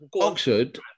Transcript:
Oxford